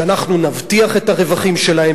ואנחנו נבטיח את הרווחים שלהם,